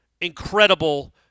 incredible